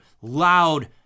loud